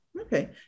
Okay